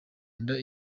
nda